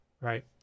right